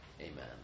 Amen